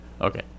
okay